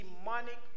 demonic